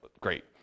great